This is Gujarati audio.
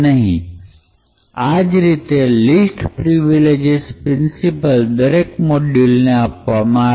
અને આ જ રીતે લીસ્ટ પ્રિવેજીસ પ્રિન્સિપલ દરેક મોડયુલને આપવામાં આવે